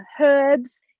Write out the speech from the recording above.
herbs